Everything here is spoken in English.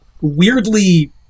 weirdly